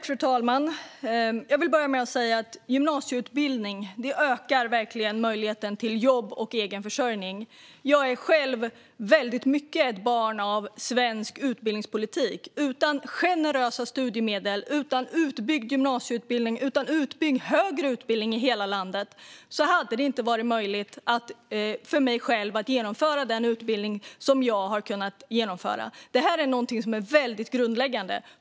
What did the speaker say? Fru talman! Jag vill börja med att säga att gymnasieutbildning verkligen ökar möjligheten till jobb och egen försörjning. Jag är själv i hög grad barn av svensk utbildningspolitik. Utan generösa studiemedel, utan utbyggd gymnasieutbildning, utan utbyggd högre utbildning i hela landet hade det inte varit möjligt för mig att genomföra den utbildning som jag har kunnat genomföra. Det här är någonting som är väldigt grundläggande.